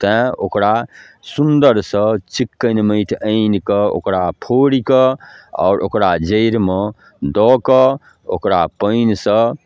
तेँ ओकरा सुन्दरसँ चिक्कैन माटि आनिकऽ ओकरा फोड़िकऽ आओर ओकरा जड़िमे दऽ कऽ ओकरा पानिसँ